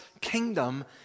kingdom